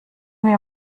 wir